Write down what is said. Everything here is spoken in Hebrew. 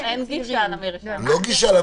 אין גישה למרשם.